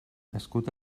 nascut